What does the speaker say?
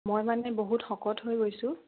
মই মানে বহুত শকত হৈ গৈছোঁ